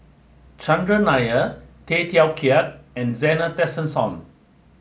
Chandran Nair Tay Teow Kiat and Zena Tessensohn